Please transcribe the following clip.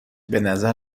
بنظر